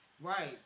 Right